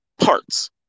parts